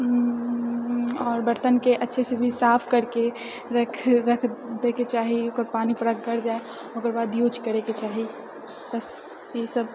आओर बर्तनके अच्छे से भी साफ करिके रख रख दएके चाही ओकर पानी पूरा गड़ जाइ ओकर बाद यूज करैके चाही बस इएह सभ